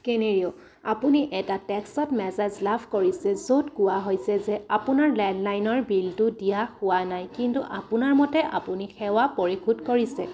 কেনেৰিও আপুনি এটা টেক্সত মেছেজ লাভ কৰিছে য'ত কোৱা হৈছে যে আপোনাৰ লেণ্ডলাইনৰ বিলটো দিয়া হোৱা নাই কিন্তু আপোনাৰ মতে আপুনি সেৱা পৰিশোধ কৰিছে